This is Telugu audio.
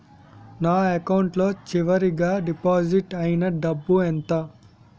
నా అకౌంట్ లో చివరిగా డిపాజిట్ ఐనా డబ్బు ఎంత?